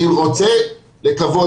אני רוצה לקוות,